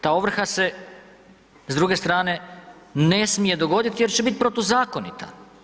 Ta ovrha se s druge strane ne smije dogoditi jer će biti protuzakonita.